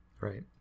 Right